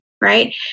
right